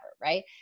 right